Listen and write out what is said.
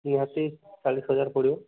ନିହାତି ଚାଳିଶି ହଜାର ପଡ଼ିବ